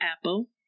apple